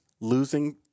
losing